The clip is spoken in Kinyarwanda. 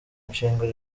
nshinga